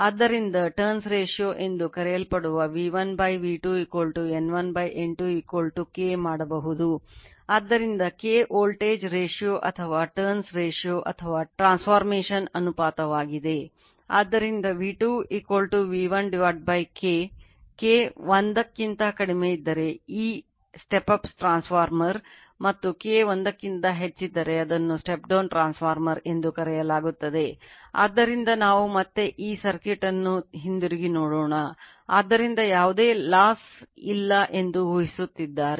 ಆದ್ದರಿಂದ V2 V1 K K 1 ಕ್ಕಿಂತ ಕಡಿಮೆಯಿದ್ದರೆ ಈ step up transformer ಇಲ್ಲ ಎಂದು ಊಹಿಸುತ್ತಿದೆ